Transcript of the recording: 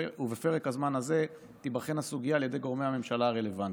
ובפרק הזמן הזה תיבחן הסוגיה על ידי גורמי הממשלה הרלוונטיים.